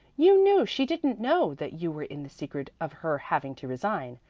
you knew she didn't know that you were in the secret of her having to resign,